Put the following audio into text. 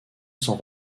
sans